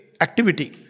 activity